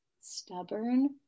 stubborn